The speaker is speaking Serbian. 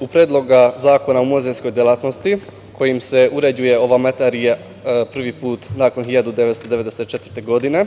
u Predlogu zakona o muzejskoj delatnosti, kojim se uređuje ova materija prvi put nakon 1994. godine,